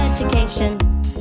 Education